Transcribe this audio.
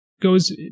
goes